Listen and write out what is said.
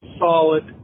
solid